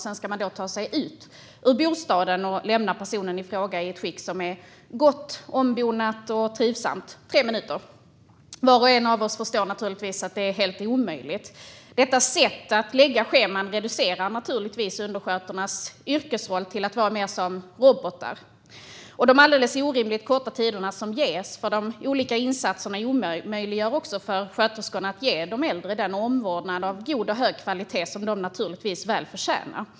Sedan ska man ta sig ut ur bostaden och lämna personen i fråga i ett skick som är gott; det ska vara ombonat och trivsamt. Tre minuter! Var och en av oss förstår naturligtvis att detta är helt omöjligt. Detta sätt att lägga scheman reducerar undersköterskornas yrkesroll - de blir mer som robotar. De alldeles orimligt korta tider som ges för de olika insatserna omöjliggör också för sköterskorna att ge de äldre den omvårdnad av god och hög kvalitet som de naturligtvis väl förtjänar.